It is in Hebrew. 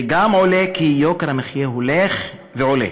וגם עולה כי יוקר המחיה הולך ועולה.